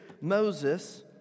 Moses